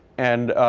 and